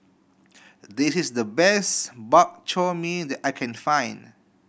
this is the best Bak Chor Mee that I can find